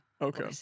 okay